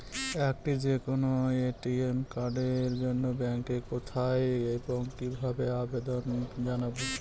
একটি যে কোনো এ.টি.এম কার্ডের জন্য ব্যাংকে কোথায় এবং কিভাবে আবেদন জানাব?